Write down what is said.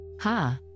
Ha